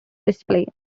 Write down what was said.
display